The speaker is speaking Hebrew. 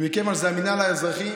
ומכיוון שזה המינהל האזרחי,